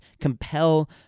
compel